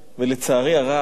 ולצערי הרב,